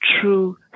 true